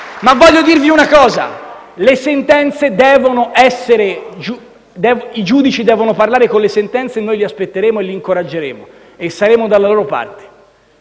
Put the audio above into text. voglio dirvi una cosa: i giudici devono parlare con le sentenze e noi li aspetteremo, li incoraggeremo e saremo dalla loro parte.